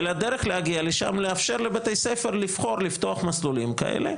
אלא הדרך להגיע לשם היא לאפשר לבתי ספר לבחור לפתוח מסלולים כאלה,